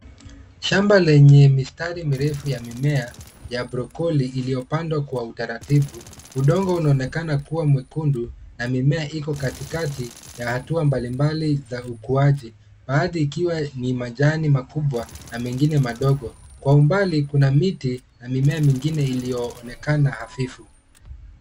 Shamba lenye mistari mirefu ya mimea ya brocolli , iliyopandwa kwa utaratibu. Udongo unaonekana kua mwekundu na mimea iko katikati ya hatua mbali mbali za ukuaji, baadhi ikiwa ni majani makubwa na mengine madogo. Kwa umbali kuna miti na mimea mingine ilioonekana hafifu.